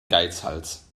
geizhals